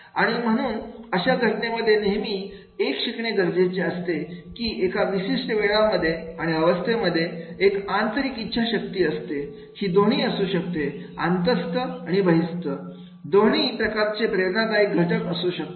आणि म्हणून अशा घटनेमध्ये नेहमी एक शिकणे गरजेचे असते की एका विशिष्ट वेळामध्ये आणि अवस्थेमध्ये एक आंतरिक इच्छाशक्ती असते ही दोन्ही असू शकते अंतस्थ आणि मस्त दोन्ही प्रकारचे प्रेरणादायी घटक असू शकतात